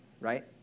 Right